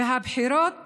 והבחירות